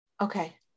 okay